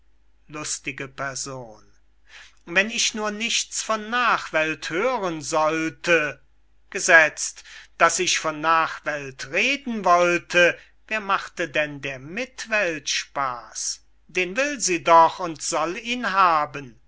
lustige person wenn ich nur nichts von nachwelt hören sollte gesetzt daß ich von nachwelt reden wollte wer machte denn der mitwelt spaß den will sie doch und soll ihn haben